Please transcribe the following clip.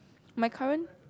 my current